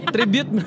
Tribute